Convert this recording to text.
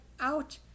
out